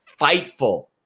FIGHTFUL